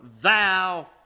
thou